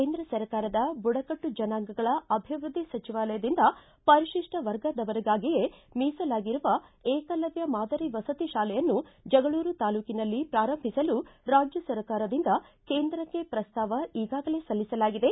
ಕೇಂದ್ರ ಸರ್ಕಾರದ ಬುಡಕಟ್ಟು ಜನಾಂಗಗಳ ಅಭಿವೃದ್ಧಿ ಸಚಿವಾಲಯದಿಂದ ಪರಿಶಿಷ್ಟ ವರ್ಗದವರಿಗಾಗಿಯೇ ಮೀಸಲಾಗಿರುವ ಏಕಲವ್ಯ ಮಾದರಿ ವಸತಿ ತಾಲೆಯನ್ನು ಜಗಳೂರು ತಾಲ್ಲೂಕಿನಲ್ಲಿ ಪ್ರಾರಂಭಿಸಲು ರಾಜ್ಯ ಸರ್ಕಾರದಿಂದ ಕೇಂದ್ರಕ್ಕೆ ಪ್ರಸ್ತಾವ ಈಗಾಗಲೇ ಸಲ್ಲಿಸಲಾಗಿದೆ